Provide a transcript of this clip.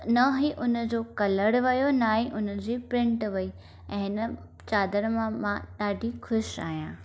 न ई हुन जो कलर वियो न ई हुन जी प्रिंट वई ऐं हिन चादर मां मां ॾाढी ख़ुशि आहियां